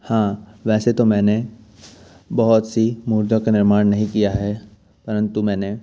हाँ वैसे तो मैंने बहुत सी मूर्तियों का निर्माण नहीं किया है परंतु मैंने